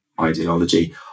ideology